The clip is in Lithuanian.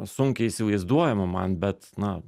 sunkiai įsivaizduojama man bet na